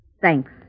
Thanks